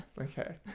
Okay